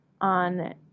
on